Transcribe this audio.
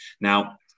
now